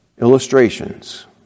Illustrations